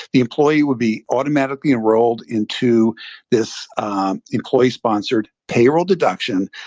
the employee would be automatically enrolled into this employee-sponsored payroll deduction,